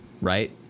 right